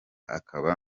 akaba